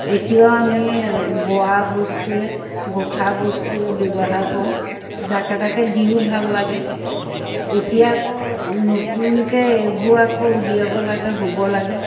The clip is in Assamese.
এতিয়াও আমি বোৱা বস্তুৱে গোঁঠা বস্তুৱে ব্যৱহাৰ কৰোঁ যাকে তাকে দিওঁ ভাল লাগে এতিয়া আকৌ নতুনকৈ এইবোৰ আকৌ উলিয়াব লাগে হ'ব লাগে